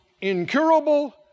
incurable